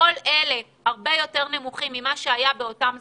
כל אלה הרבה יותר נמוכים ממה שהיה באותם זמנים.